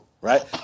right